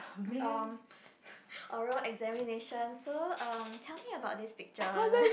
um oral examination so um tell me about this picture